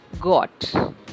got